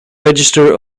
register